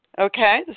Okay